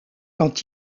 quand